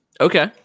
Okay